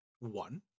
One